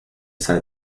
sabe